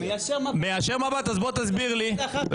אני מישיר מבט, נדבר אחר כך.